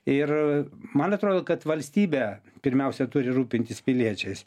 ir man atrodo kad valstybė pirmiausia turi rūpintis piliečiais